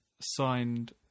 signed